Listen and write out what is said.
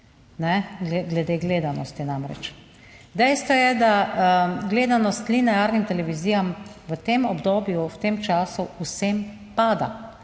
glede gledanosti namreč. Dejstvo je, da gledanost linearnim televizijam v tem obdobju, v tem času vsem pada